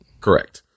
Correct